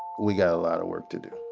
we got a lot of work to do